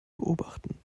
beobachten